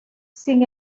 sin